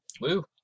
Woo